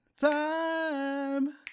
time